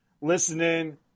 listening